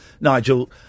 Nigel